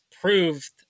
proved